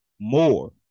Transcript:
more